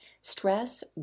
stress